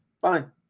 fine